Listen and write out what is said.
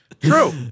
True